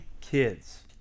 kids